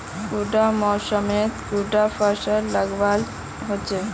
कुंडा मोसमोत कुंडा फुल लगवार होछै?